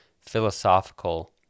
philosophical